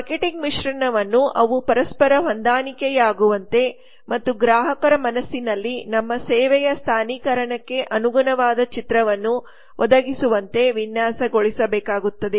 marketing ಮಿಶ್ರಣವನ್ನು ಅವು ಪರಸ್ಪರ ಹೊಂದಾಣಿಕೆಯಾಗುವಂತೆ ಮತ್ತು ಗ್ರಾಹಕರ ಮನಸ್ಸಿನಲ್ಲಿ ನಮ್ಮ ಸೇವೆಯ ಸ್ಥಾನೀಕರಣಕ್ಕೆ ಅನುಗುಣವಾದ ಚಿತ್ರವನ್ನು ಒದಗಿಸುವಂತೆ ವಿನ್ಯಾಸಗೊಳಿಸಬೇಕಾಗುತ್ತದೆ